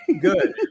good